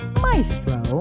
Maestro